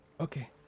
Okay